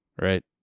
right